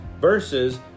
versus